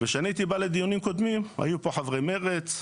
כשהייתי בא לדיונים קודמים, היו פה חברי מרצ,